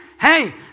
Hey